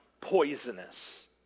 poisonous